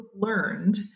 learned